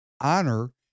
honor